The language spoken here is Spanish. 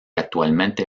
actualmente